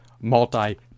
multi